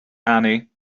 annie